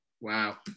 Wow